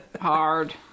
hard